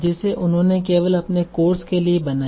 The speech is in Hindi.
जिसे उन्होंने केवल अपने कोर्स के लिए बनाया